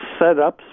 setups